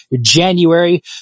January